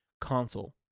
console